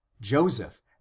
JOSEPH